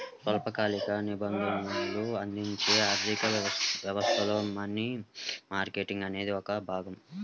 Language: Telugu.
స్వల్పకాలిక నిధులను అందించే ఆర్థిక వ్యవస్థలో మనీ మార్కెట్ అనేది ఒక భాగం